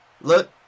look